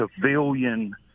civilian